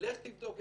לא חשוב על מה,